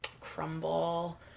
crumble